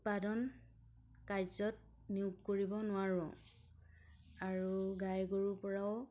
উৎপাদন কাৰ্যত নিয়োগ কৰিব নোৱাৰোঁ আৰু গাই গৰুৰ পৰাও